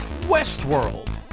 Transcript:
Westworld